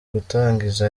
gutangiza